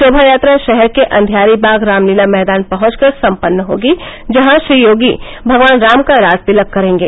शोमायात्रा शहर के अंधियारीबाग रामलीला मैदान पहुंच कर सम्पन्न होगी जहां श्री योगी भगवान राम का राजतिलक करेंगे